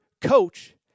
coach